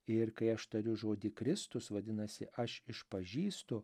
ir kai aš tariu žodį kristus vadinasi aš išpažįstu